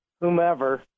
whomever